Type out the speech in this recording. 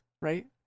right